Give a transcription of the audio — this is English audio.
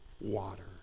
water